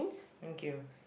thank you